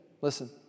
listen